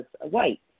white